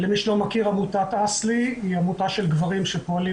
למי שלא מכיר עמותת אסל"י היא עמותה של גברים שפועלים